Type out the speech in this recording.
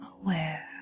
aware